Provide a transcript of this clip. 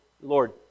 Lord